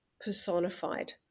personified